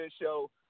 show